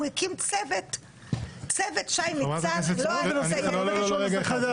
הוא הקים צוות שי ניצן --- מה זה קשור לנושא חדש?